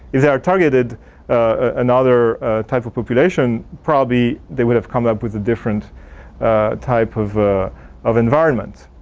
if they targeted another type of population probably, they would have come up with a different type of of environment.